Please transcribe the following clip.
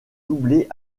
doublé